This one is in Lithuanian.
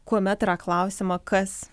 kuomet yra klausiama kas